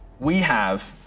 we have